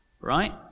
right